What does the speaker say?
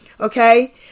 okay